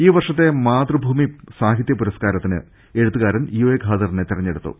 ഈ വർഷത്തെ മാതൃഭൂമി സ്റ്റാഹിത്യ്പുരസ്കാരത്തിന് എഴു ത്തുകാരൻ യുഎ ഖാദറിനെ തെരുണ്ഞെടുത്തു